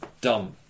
Dumb